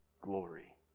glory